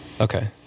Okay